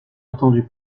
entendu